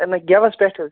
اَمہِ گٮ۪وَس پٮ۪ٹھ حظ